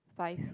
five